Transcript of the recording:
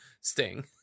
sting